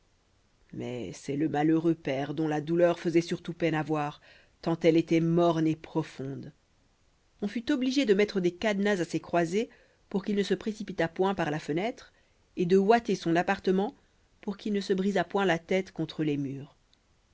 mais c'est le malheureux père dont la douleur faisait surtout peine à voir tant elle était morne et profonde on fut obligé de mettre des cadenas à ses croisées pour qu'il ne se précipitât point par la fenêtre et de ouater son appartement pour qu'il ne se brisât point la tête contre les murs